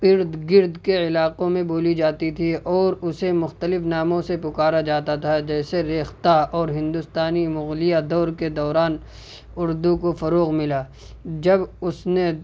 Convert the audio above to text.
ارد گرد کے علاقوں میں بولی جاتی تھی اور اسے مختلف ناموں سے پکارا جاتا تھا جیسے ریختہ اور ہندوستانی مغلیہ دور کے دوران اردو کو فروغ ملا جب اس نے